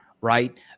right